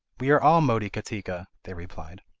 we are all motikatika they replied.